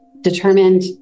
determined